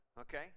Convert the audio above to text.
okay